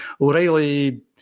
O'Reilly